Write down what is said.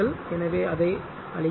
எனவே அதை அழிக்கிறேன்